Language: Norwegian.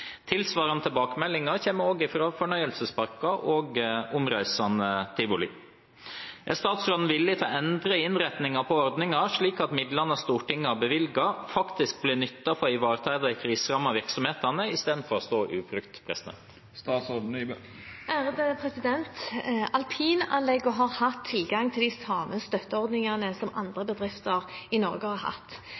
Tilsvarende tilbakemeldinger kommer også fra fornøyelsesparker og omreisende tivoli. Er statsråden villig til å endre innretningen på ordningen, slik at midlene Stortinget har bevilget, faktisk blir nyttet for å ivareta de kriserammede virksomhetene i stedet for å stå ubrukt?» Alpinanleggene har hatt tilgang til de samme støtteordningene som andre bedrifter i Norge har hatt.